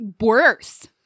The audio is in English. worse